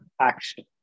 action